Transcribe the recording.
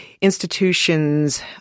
institution's